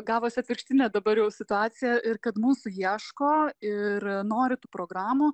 gavosi atvirkštinė dabar jau situacija ir kad mūsų ieško ir nori tų programų